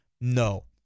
No